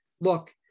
Look